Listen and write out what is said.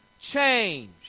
change